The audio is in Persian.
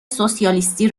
سوسیالیستی